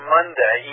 Monday